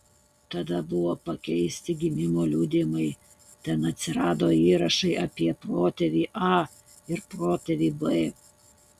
tada buvo pakeisti gimimo liudijimai ten atsirado įrašai apie protėvį a ir protėvį b